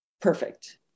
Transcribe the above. perfect